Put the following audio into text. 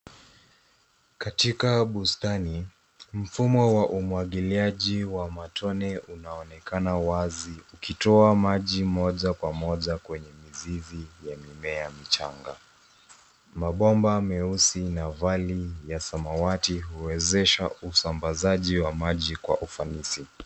Katika bustani, mfumo wa umwagiliaji wa matone unaonekana wazi ukitoa maji moja kwa moja kwenye mizizi ya mimea michanga. Mabomba meusi na vali ya samawati huwezesha usambazaji wa maji kwa ufanisi.